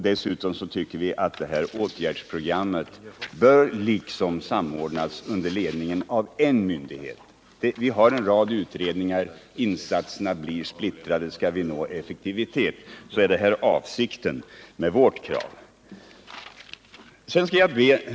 Dessutom tycker vi att åtgärdsprogrammet bör samordnas under ledning av en myndighet. Vi har nu en rad utredningar, och insatserna blir därför splittrade. Avsikten med vårt krav är att vi skall nå effektivitet.